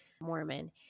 Mormon